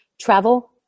travel